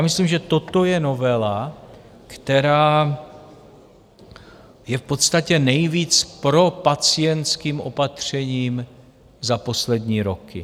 Myslím, že toto je novela, která je v podstatě nejvíc propacientským opatřením za poslední roky.